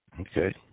Okay